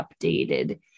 updated